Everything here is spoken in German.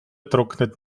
trocknet